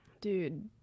Dude